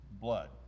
blood